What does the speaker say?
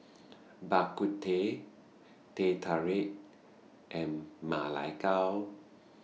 Bak Kut Teh Teh Tarik and Ma Lai Gao